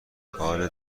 کار